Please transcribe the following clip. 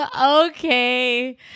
okay